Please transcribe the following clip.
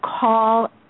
call